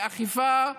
לאכיפה,